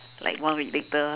like one week later